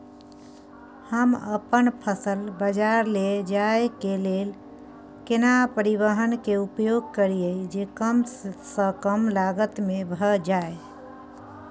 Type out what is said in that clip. हम अपन फसल बाजार लैय जाय के लेल केना परिवहन के उपयोग करिये जे कम स कम लागत में भ जाय?